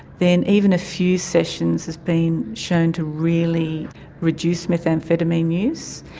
then even a few sessions has been shown to really reduce methamphetamine use,